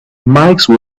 mike